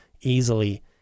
easily